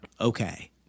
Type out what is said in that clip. okay